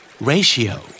Ratio